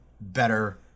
better